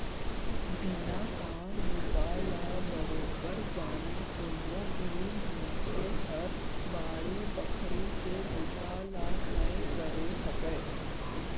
बिना काम बूता ल बरोबर जाने कोनो भी मनसे हर बाड़ी बखरी के बुता ल नइ करे सकय